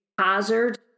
Hazard